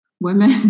women